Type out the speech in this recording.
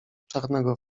czarnego